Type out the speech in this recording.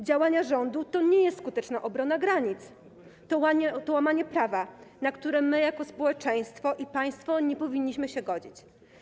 Działania rządu to nie jest skuteczna obrona granic, to łamanie prawa, na które my jako społeczeństwo i państwo nie powinniśmy się godzić.